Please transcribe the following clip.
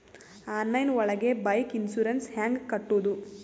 Online ಒಳಗೆ bike insurance ಹ್ಯಾಂಗ್ ಕಟ್ಟುದು?